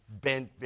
bent